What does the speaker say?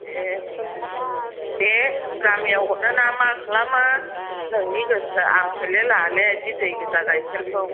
ए दे गामियाव हरनो ना मा खालामो नोंनि गोसो आं हयले लाला बिदि दैगोजा गाइखेरखौ